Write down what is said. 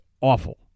awful